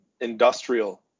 industrial